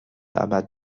aber